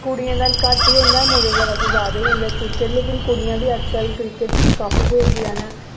कुड़ियें दा घट्ट गै होंदा मुड़ें दा वैसे ज्यादा गै होंदा क्रिकेट लेकिन कुड़ियां दा बी अजकल क्रिकेट काफी खेलदियां न